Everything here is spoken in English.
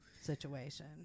situation